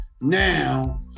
Now